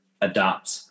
adapt